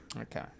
Okay